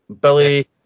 Billy